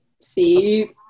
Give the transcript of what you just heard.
see